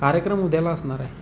कार्यक्रम उद्याला असणार आहे